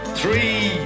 three